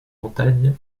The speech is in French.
montagnes